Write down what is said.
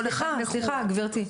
סליחה, גברתי.